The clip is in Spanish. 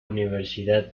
universidad